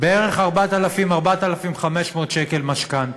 4,000 4,500 שקל משכנתה.